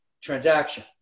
transaction